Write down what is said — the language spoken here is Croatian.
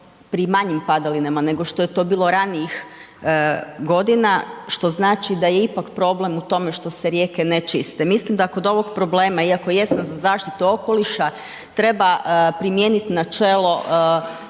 pri manjim padalinama nego što je to bilo ranijih godina što znači da je ipak problem u tome što se rijeke ne čiste. Mislim da oko ovog problema iako jesam za zaštitu okoliša treba primijeniti načelo